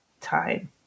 time